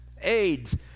AIDS